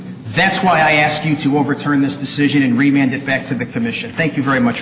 that's why i asked you to overturn this decision and remained it back to the commission thank you very much